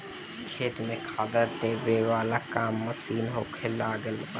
खेत में खादर देबे वाला काम मशीन से होखे लागल बा